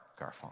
Garfunkel